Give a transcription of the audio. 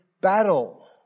battle